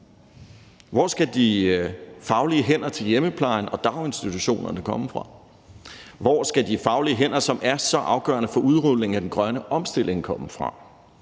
Hvor skal de faglige hænder til hjemmeplejen og daginstitutionerne komme fra? Hvor skal de faglige hænder, som er så afgørende for udrulningen af den grønne omstilling, komme fra?